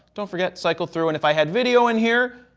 don't forget cycle through and if i had video in here,